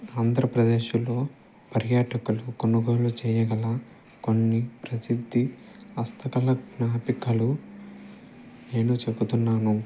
ఆంధ్రప్రదేశ్లో పర్యాటకులు కొనుగోలు చేయగల కొన్ని ప్రసిద్ధి హస్తకళ జ్ఞాపికలు నేను చెబుతున్నాను